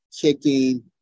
kicking